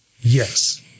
yes